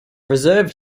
reserved